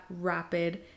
rapid